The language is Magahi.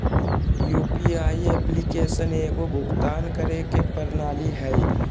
यु.पी.आई एप्लीकेशन एगो भुक्तान करे के प्रणाली हइ